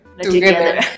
together